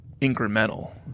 incremental